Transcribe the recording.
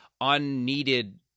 unneeded